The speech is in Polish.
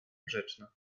grzeczna